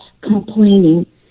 complaining